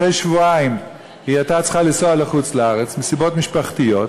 אחרי שבועיים היא הייתה צריכה לנסוע לחוץ-לארץ מסיבות משפחתיות,